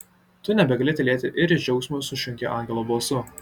tu nebegali tylėti ir iš džiaugsmo sušunki angelo balsu